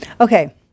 Okay